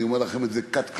אני אומר לכם את זה clear cut.